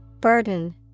Burden